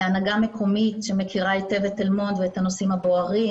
להנהגה מקומית שמכירה היטב את תל מונד ואת הנושאים הבוערים,